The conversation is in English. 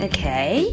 Okay